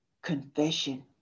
confession